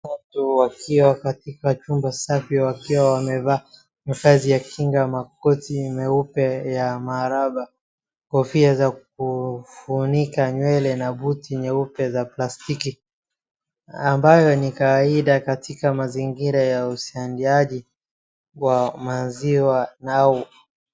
Watu wakiwa katika chumba safi wakiwa wamevaa mavazi ya kinga, makoti meupe ya maraba, kofia za kufunika nywele na buti nyeupe za plastiki, ambayo ni kawaida katika mazingira ya utengenezaji wa maziwa na...